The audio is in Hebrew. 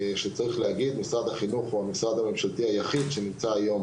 וצריך להגיד שמשרד החינוך הוא המשרד הממשלתי היחיד שנמצא היום